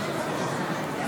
51